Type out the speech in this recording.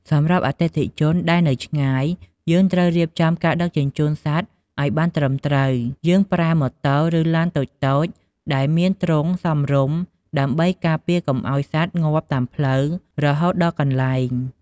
សម្រាប់អតិថិជនដែលនៅឆ្ងាយ យើងត្រូវរៀបចំការដឹកជញ្ជូនសត្វឲ្យបានត្រឹមត្រូវ។ យើងប្រើម៉ូតូ ឬឡានតូចៗ ដែលមានទ្រុងសមរម្យ ដើម្បីការពារកុំឲ្យសត្វងាប់តាមផ្លូវ រហូតដល់កន្លែង។